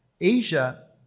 Asia